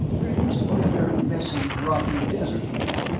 there used to be a very messy, rocky desert here,